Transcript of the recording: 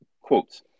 Quotes